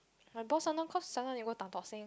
my boss sometime cause sometime they go Tan Tock Seng